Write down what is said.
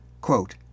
Quote